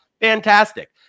Fantastic